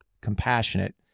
compassionate